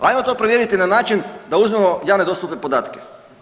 Ajmo to provjeriti na način da uzmemo javne dostupne podatke.